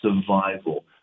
survival